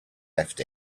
left